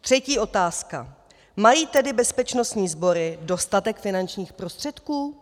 Třetí otázka: Mají tedy bezpečnostní sbory dostatek finančních prostředků?